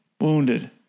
wounded